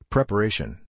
Preparation